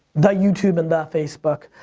the youtube and the facebook.